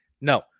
no